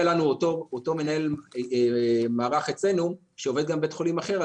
לנו אותו מנהל מערך אצלנו שעובד גם בבית חולים אחר,